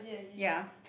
ya